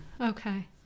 Okay